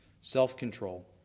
self-control